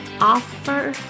offer